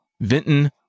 Vinton